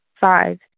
Five